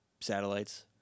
satellites